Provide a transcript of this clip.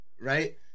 right